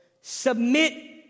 submit